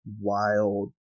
wild